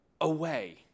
away